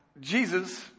Jesus